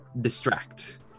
distract